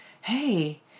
hey